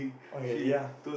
okay ya